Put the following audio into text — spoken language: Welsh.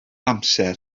amser